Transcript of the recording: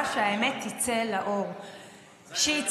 אבל אתה יודע שהוא ציטט את --- חבר הכנסת שקלים,